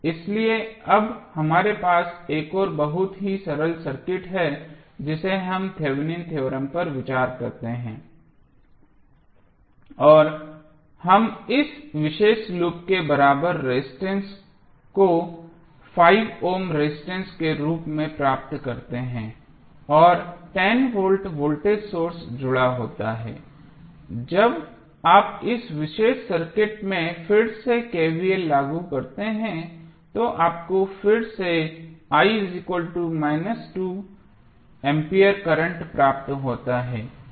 इसलिए अब हमारे पास एक बहुत ही सरल सर्किट है जब हम थेवेनिन थ्योरम पर विचार करते हैं और हम इस विशेष लूप के बराबर रेजिस्टेंस को 5 ओम रेजिस्टेंस के रूप में प्राप्त करते हैं और 10 वोल्ट वोल्टेज सोर्स जुड़ा होता है जब आप इस विशेष सर्किट में फिर से KVL लागू करते हैं तो आपको फिर से A करंट प्राप्त होता है